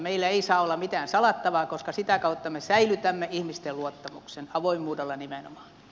meillä ei saa olla mitään salattavaa koska sitä kautta me säilytämme ihmisten luottamuksen avoimuudella nimenomaan